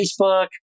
Facebook